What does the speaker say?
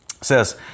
says